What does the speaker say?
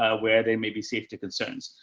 ah where they may be safety concerns.